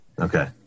okay